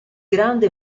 grande